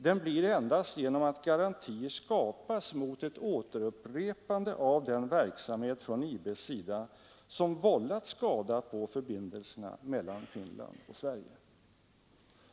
Den blir det endast genom att garanti skapas mot ett återupprepande av den verksamhet från IB:s sida som vållat skada för förbindelserna mellan Finland och Sverige.